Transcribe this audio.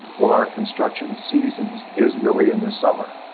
well, our construction seasons is really in the summer.